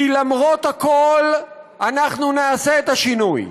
כי למרות הכול אנחנו נעשה את השינוי,